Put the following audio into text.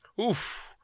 Oof